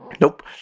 Nope